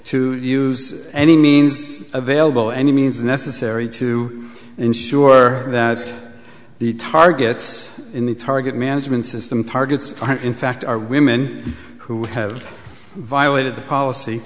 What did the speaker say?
to use any means available any means necessary to ensure that the targets in the target management system targets in fact are women who have violated the